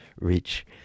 reach